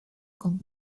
con